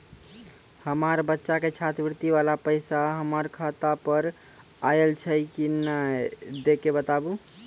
हमार बच्चा के छात्रवृत्ति वाला पैसा हमर खाता पर आयल छै कि नैय देख के बताबू?